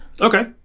Okay